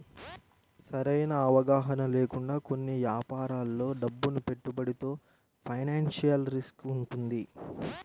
సరైన అవగాహన లేకుండా కొన్ని యాపారాల్లో డబ్బును పెట్టుబడితో ఫైనాన్షియల్ రిస్క్ వుంటది